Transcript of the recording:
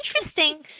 interesting